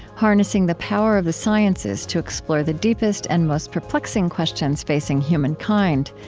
harnessing the power of the sciences to explore the deepest and most perplexing questions facing human kind.